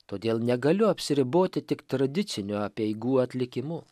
todėl negaliu apsiriboti tik tradiciniu apeigų atlikimu